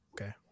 okay